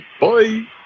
Bye